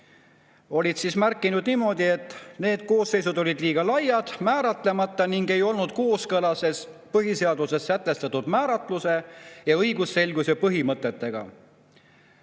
olid märkinud niimoodi, et need koosseisud olid liiga laiad, määratlemata ning ei olnud kooskõlas põhiseaduses sätestatud määratluse ja õigusselguse põhimõtetega.